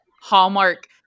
Hallmark